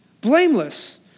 Blameless